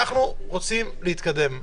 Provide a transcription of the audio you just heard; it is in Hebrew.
אנחנו רוצים להתקדם.